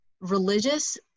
religious